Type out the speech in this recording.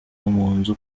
nzu